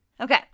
Okay